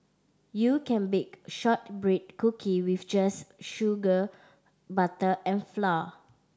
you can bake shortbread cookie just with sugar butter and flour